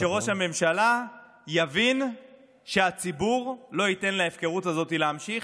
שראש הממשלה יבין שהציבור לא ייתן להפקרות הזאת להימשך.